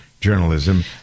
journalism